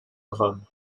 rome